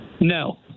No